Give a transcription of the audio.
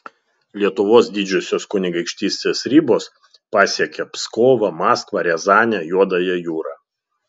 lietuvos didžiosios kunigaikštystės ribos pasiekė pskovą maskvą riazanę juodąją jūrą